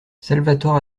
salvatore